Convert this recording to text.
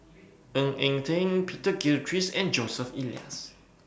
Ng Eng Teng Peter Gilchrist and Joseph Elias